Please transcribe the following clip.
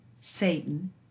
Satan